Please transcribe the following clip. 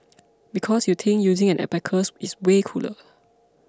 because you think using an abacus is way cooler